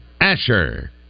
Asher